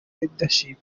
leadership